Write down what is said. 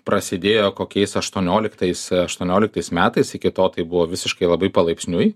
prasidėjo kokiais aštuonioliktais aštuonioliktais metais iki to tai buvo visiškai labai palaipsniui